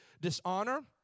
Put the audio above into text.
Dishonor